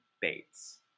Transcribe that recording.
Bates